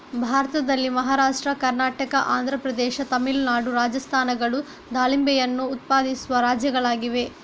ಭಾರತದಲ್ಲಿ ಮಹಾರಾಷ್ಟ್ರ, ಕರ್ನಾಟಕ, ಆಂಧ್ರ ಪ್ರದೇಶ, ತಮಿಳುನಾಡು, ರಾಜಸ್ಥಾನಗಳು ದಾಳಿಂಬೆಯನ್ನು ಉತ್ಪಾದಿಸುವ ರಾಜ್ಯಗಳಾಗಿವೆ